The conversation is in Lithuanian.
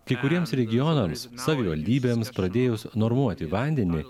kai kuriems regionams savivaldybėms pradėjus normuoti vandenį